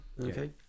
Okay